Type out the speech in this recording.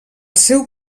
seu